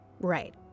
Right